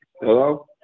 Hello